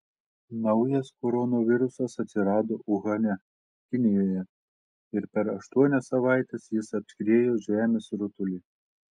naujas koronavirusas atsirado uhane kinijoje ir per aštuonias savaites jis apskriejo žemės rutulį